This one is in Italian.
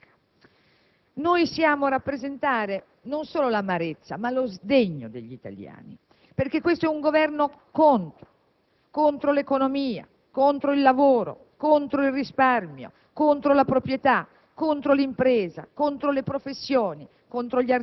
Noi siamo qui in Aula, oggi, a rappresentare tutto il nostro dissenso, contro questo Governo che vuole saccheggiare i nostri redditi e i nostri risparmi, impoverendo il Paese e impedendo la crescita economica.